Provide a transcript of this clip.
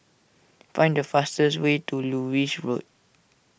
find the fastest way to Lewis Road